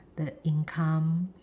the income